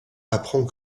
apprend